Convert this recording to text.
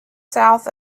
south